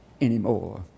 anymore